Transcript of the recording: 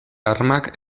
arma